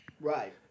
Right